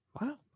wow